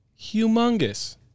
Humongous